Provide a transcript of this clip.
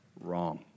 wrong